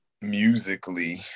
musically